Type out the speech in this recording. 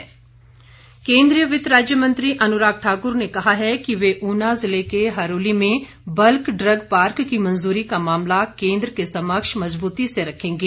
अनुराग ठाकुर केन्द्रीय वित्त राज्य मंत्री अनुराग ठाकुर ने कहा है कि वह ऊना जिले के हरोली में बल्क ड्रग पार्क की मंजूरी का मामला केन्द्र के समक्ष मजबूती से रखेंगे